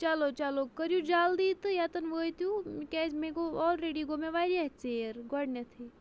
چلو چلو کٔرِو جلدی تہٕ ییٚتٮ۪ن وٲتِو کیٛازِ مےٚ گوٚو آلرٔڈی گوٚو مےٚ واریاہ ژیر گۄڈٕنٮ۪تھٕے